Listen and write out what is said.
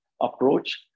approach